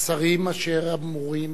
השרים אשר אמורים